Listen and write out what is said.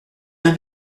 bien